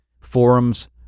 forums